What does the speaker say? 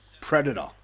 Predator